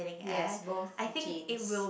yes both jeans